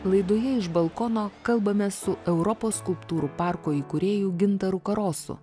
laidoje iš balkono kalbamės su europos skulptūrų parko įkūrėju gintaru karosu